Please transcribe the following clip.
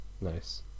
Nice